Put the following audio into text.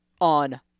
on